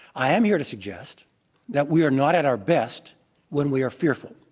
i am here to suggest that we are not at our best when we are fearful.